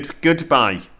Goodbye